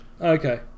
Okay